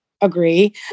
agree